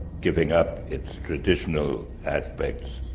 giving up its traditional aspects,